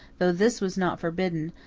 though this was not forbidden,